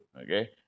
okay